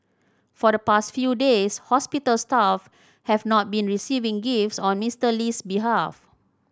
for the past few days hospital staff have not been receiving gifts on Mister Lee's behalf